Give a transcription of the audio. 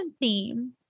theme